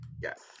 yes